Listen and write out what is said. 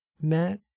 Matt